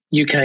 UK